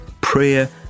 Prayer